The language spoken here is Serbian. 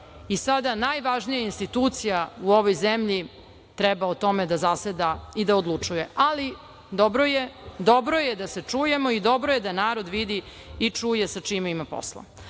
i sada najvažnija institucija u ovoj zemlji treba o tome da zaseda i da odlučuje. Ali, dobro je da se čujemo i dobro je da narod vidi i čuje sa čime ima posla. Ali